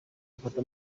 afata